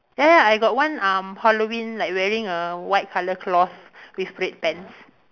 ya ya I got one um Halloween like wearing a white colour cloth with red pants